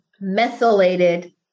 methylated